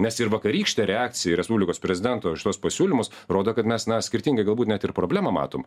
nes ir vakarykštė reakcija į respublikos prezidentą už tuos pasiūlymus rodo kad mes na skirtingai galbūt net ir problemą matom